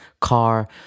car